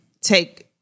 take